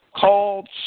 called